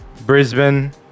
Brisbane